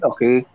Okay